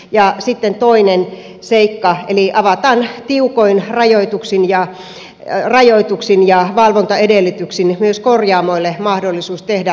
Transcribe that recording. ja sitten toinen seikka eli avataan tiukoin rajoituksin ja valvontaedellytyksin myös korjaamoille mahdollisuus tehdä katsastusta